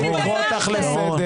אל תכריחי אותי לקרוא אותך לסדר.